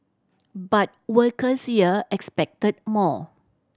but workers here expected more